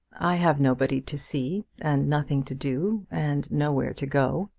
i have nobody to see, and nothing to do, and nowhere to go